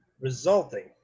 resulting